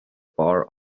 bar